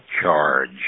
charge